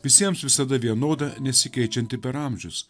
visiems visada vienoda nesikeičianti per amžius